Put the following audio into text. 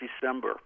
December